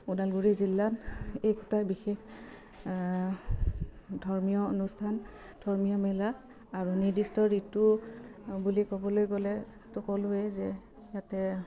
ওদালগুৰি জিলাত একোটা বিশেষ ধৰ্মীয় অনুষ্ঠান ধৰ্মীয় মেলা আৰু নিৰ্দিষ্ট ঋতু বুলি ক'বলৈ গ'লে ত' ক'লোৱে যে ইয়াতে